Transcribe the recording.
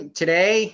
today